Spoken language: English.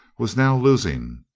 was now losing.